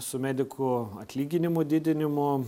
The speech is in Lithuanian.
su medikų atlyginimų didinimu